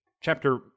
Chapter